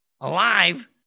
Alive